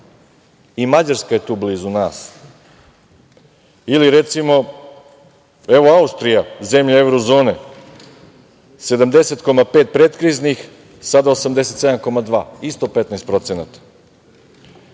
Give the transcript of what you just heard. i Mađarska je tu blizu nas, ili Austrija, zemlja evrozone, 70,5% predkriznih, sada 87,2% isto 15%.